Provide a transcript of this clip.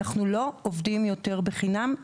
אנחנו לא עובדים יותר בחינם.